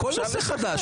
הכול נושא חדש.